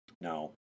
Now